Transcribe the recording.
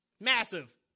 massive